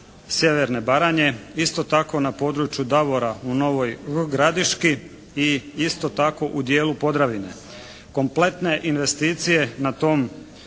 sjeverne Baranje, isto tako na području Davora u Novoj Gradiški i isto tako u dijelu Podravine. Kompletne investicije na tom